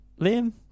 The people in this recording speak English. Liam